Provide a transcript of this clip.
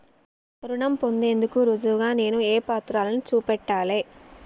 రుణం పొందేందుకు రుజువుగా నేను ఏ పత్రాలను చూపెట్టాలె?